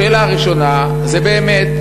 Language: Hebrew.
השאלה הראשונה: באמת,